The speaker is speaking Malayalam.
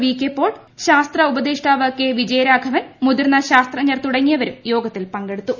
വി കെ പോൾ ശാസ്ത്രഉപദേഷ്ടാവ് കെ വിജയരാഘവൻ മുതിർന്ന ശാസ്ത്രജ്ഞർ തുടങ്ങിയവരും യോഗത്തിൽ പങ്കെടുത്തു